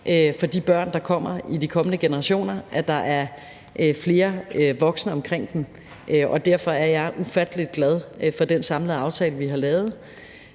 for de børn, der kommer i de kommende generationer, at der er flere voksne omkring dem, og derfor er jeg ufattelig glad for den samlede aftale, vi har lavet.